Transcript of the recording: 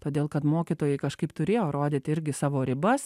todėl kad mokytojai kažkaip turėjo rodyti irgi savo ribas